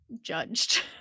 judged